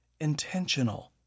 intentional